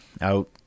out